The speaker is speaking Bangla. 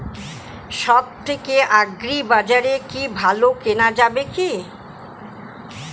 সব থেকে আগ্রিবাজারে কি ভালো কেনা যাবে কি?